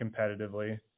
competitively